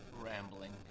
rambling